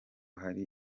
hari